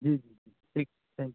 جی جی جی ٹھیک تھینک یو